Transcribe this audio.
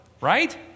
Right